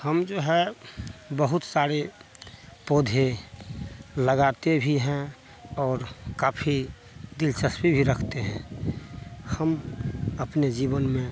हम जो है बहुत सारे पौधे लगाते भी हैं और काफी दिलचस्पी भी रखते हैं हम अपने जीवन में